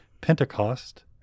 Pentecost